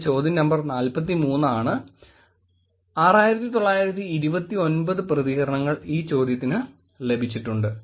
ഇത് ചോദ്യം നമ്പർ 43 ആണ് 6929 പ്രതികരണങ്ങൾ ഈ ചോദ്യത്തിന് ലഭിച്ചിട്ടുണ്ട്